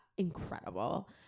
Incredible